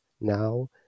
now